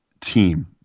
team